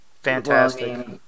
fantastic